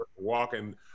Walking